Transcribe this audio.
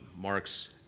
Mark's